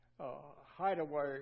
hideaway